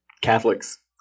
catholics